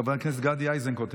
חבר הכנסת גדי איזנקוט,